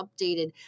updated